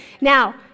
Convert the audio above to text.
Now